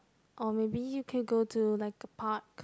or maybe you can go to like a park